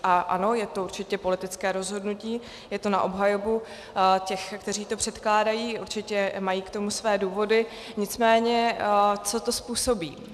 A ano, je to určitě politické rozhodnutí, je to na obhajobu těch, kteří to předkládají, určitě mají k tomu své důvody nicméně, co to způsobí?